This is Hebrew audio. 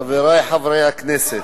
אדוני היושב-ראש, חברי חברי הכנסת,